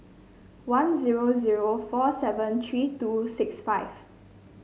one zero zero four seven three two six five